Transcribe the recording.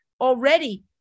Already